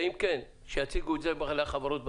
ואם כן, שיציגו את זה החברות בדיון,